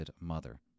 Mother